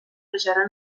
crociera